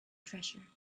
treasure